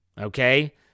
okay